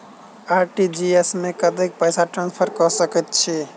RTGS मे कतेक पैसा ट्रान्सफर कऽ सकैत छी?